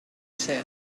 said